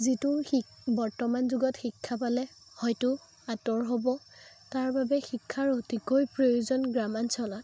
যিটো শি বৰ্তমান যুগত শিক্ষা পালে হয়তো আঁতৰ হ'ব তাৰ বাবে শিক্ষাৰ অতিকৈ প্ৰয়োজন গ্ৰামাঞ্চলত